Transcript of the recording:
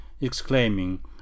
exclaiming